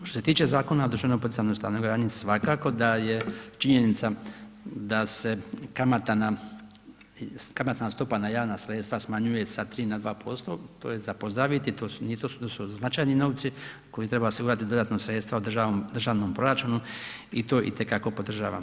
Što se tiče Zakona o društveno poticajnoj stanogradnji svakako da je činjenica da se kamatna stopa na javna sredstva smanjuje sa 3 na 2%, to je za pozdraviti, to su značajni novci koje treba osigurati dodatna sredstva u državnom proračunu i to itekako podržavam.